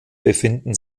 befinden